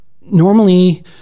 normally